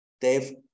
Dave